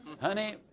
Honey